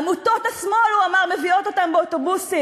עמותות השמאל, הוא אמר, מביאות אותם באוטובוסים.